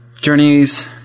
journeys